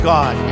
God